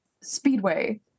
speedway